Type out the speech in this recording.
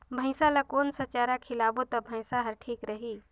भैसा ला कोन सा चारा खिलाबो ता भैंसा हर ठीक रही?